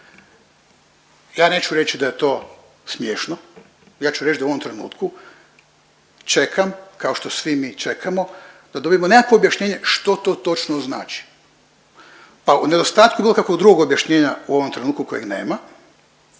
Ja neću reći da je to smiješno ja ću reći da u ovom trenutku čekam kao što svi mi čekamo da dobijemo nekakvo objašnjenje što to točno znači, a u nedostatku bilo kakvog drugog objašnjenja u ovom trenutku kojeg nema